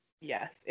Yes